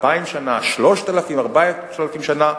2,000 שנה,